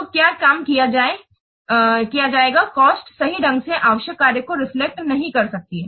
तो क्या काम किया जाएगा कॉस्ट सही ढंग से आवश्यक कार्य को रिफ्लेक्ट नहीं कर सकती है